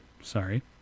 sorry